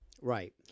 Right